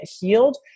healed